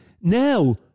Now